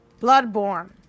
Bloodborne